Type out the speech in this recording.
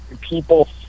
people